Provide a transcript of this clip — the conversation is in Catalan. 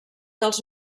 dels